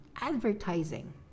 advertising